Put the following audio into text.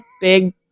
big